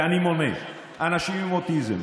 ואני מונה: אנשים עם אוטיזם,